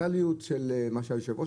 התייחסות לנושא הדיפרנציאליות מה שהיושב-ראש